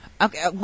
Okay